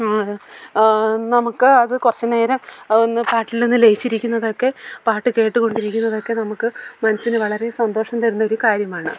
നമുക്ക് അതു കുറച്ചു നേരം ഒന്നു പാട്ടിൽ നിന്നു ലയിച്ചിരിക്കുന്നതൊക്കെ പാട്ടു കേട്ടു കൊണ്ടിരിക്കുന്നതൊക്കെ നമുക്ക് മനസ്സിനു വളരെ സന്തോഷം തരുന്നൊരു കാര്യമാണ്